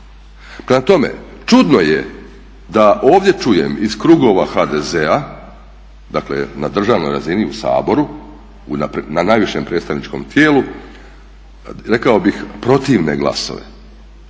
Prema tome, čudno je da ovdje čujem iz krugova HDZ-a dakle na državnoj razini u Saboru, na najvišem predstavničkom tijelu, rekao bih protivne glasove,